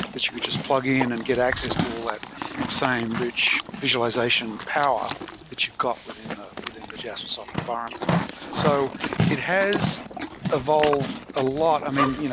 that you could just plug in and get access to all that same rich visualization power that you've got within the within the jaspersoft environment so it has evolved a lot. i mean, you know